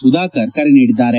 ಸುಧಾಕರ್ ಕರೆ ನೀಡಿದ್ದಾರೆ